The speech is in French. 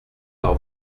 par